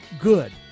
Good